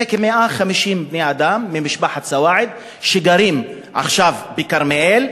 כ-150 בני-אדם ממשפחת סואעד שגרים עכשיו בכרמיאל,